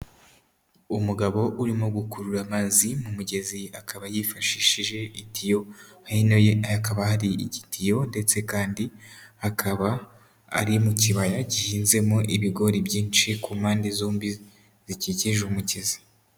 Umugabo urimo gukurura amazi mu mugezi akaba yifashishije itiyo, hino ye hakaba hari igitiyo ndetse kandi hakaba ari mu kibaya gihinzemo ibigori byinshi ku mpande zombi zikikije umugezi.